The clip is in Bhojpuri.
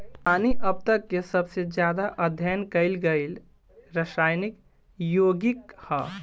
पानी अब तक के सबसे ज्यादा अध्ययन कईल गईल रासायनिक योगिक ह